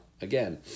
again